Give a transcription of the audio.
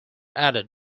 added